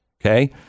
okay